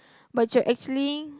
but you're actually